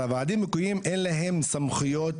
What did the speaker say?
הרי לוועדים המקומיים אין להם סמכויות,